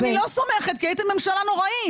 אני לא סומכת כי הייתם ממשלה נוראיים.